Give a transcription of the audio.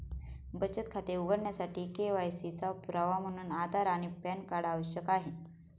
बचत खाते उघडण्यासाठी के.वाय.सी चा पुरावा म्हणून आधार आणि पॅन कार्ड आवश्यक आहे